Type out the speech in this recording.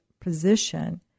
position